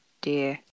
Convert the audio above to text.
dear